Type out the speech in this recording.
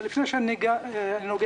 אבל לפני שאני נוגע בזה,